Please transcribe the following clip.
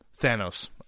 Thanos